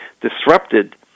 disrupted